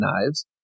knives